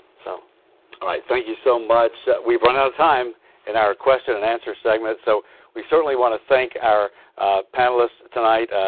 so like thank you so much. we've run out of time in our question and answer segment. so we certainly want to thank our panelists tonight.